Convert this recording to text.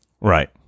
Right